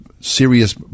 serious